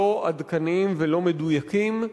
לא עדכניים ולא מדויקים,